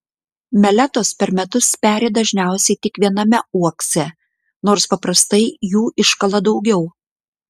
meletos per metus peri dažniausiai tik viename uokse nors paprastai jų iškala daugiau